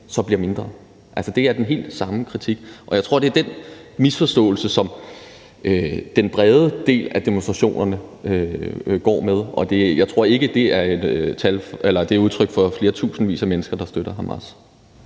handlinger mindre. Altså, det er den helt samme kritik. Jeg tror, at det er den misforståelse, som den brede del af demonstrationerne går med, og jeg tror ikke, at det er et udtryk for, at flere tusindvis af mennesker støtter Hamas.